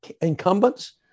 incumbents